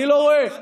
אני לא רואה.